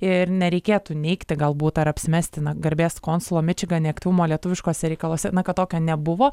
ir nereikėtų neigti galbūt ar apsimestina garbės konsulo mičigane aktyvumo lietuviškose reikaluose kad tokio nebuvo